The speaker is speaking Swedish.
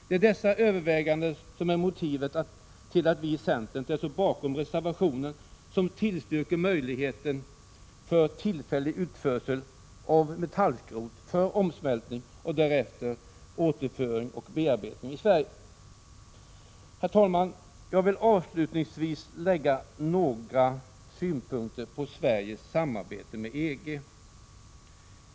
Det är dessa överväganden som är motiven till att vi i centern har ställt oss bakom den reservation som förordar en möjlighet till tillfällig utförsel av metallskrot för omsmältning och därefter återföring för bearbetning till Sverige. 167 Herr talman! Jag vill avslutningsvis lägga några synpunkter på Sveriges 11 december 1986 samarbete med EG.